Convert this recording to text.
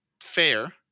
Fair